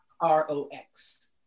R-O-X